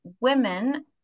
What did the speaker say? women